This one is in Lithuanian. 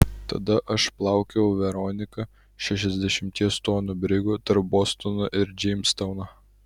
tada aš plaukiojau veronika šešiasdešimties tonų brigu tarp bostono ir džeimstauno